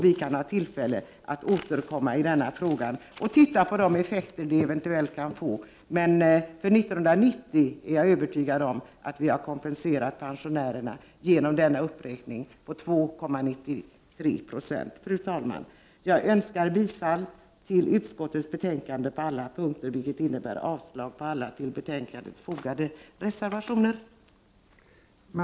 Vi får tillfälle att återkomma till frågan och se på de effekter som detta eventuellt har fått. Jag är övertygad om att vi för 1991 har kompenserat pensionärerna genom denna uppräkning till 2,93 90. Fru talman! Jag yrkar bifall till utskottets hemställan på samtliga punkter, vilket innebär avslag på alla de till betänkandet fogade reservationerna.